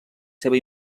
seva